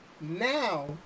now